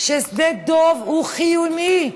ששדה דב הוא חיוני,